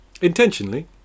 intentionally